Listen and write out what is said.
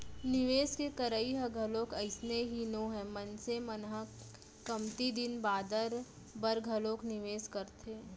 निवेस के करई ह घलोक अइसने ही नोहय मनसे मन ह कमती दिन बादर बर घलोक निवेस करथे